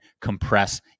compress